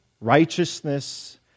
righteousness